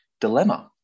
dilemma